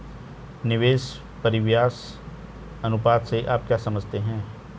निवेश परिव्यास अनुपात से आप क्या समझते हैं?